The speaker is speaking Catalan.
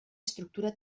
estructura